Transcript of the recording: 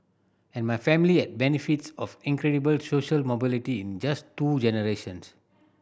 and my family had benefits of incredible social mobility in just two generations